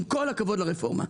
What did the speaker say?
עם כל הכבוד לרפורמה.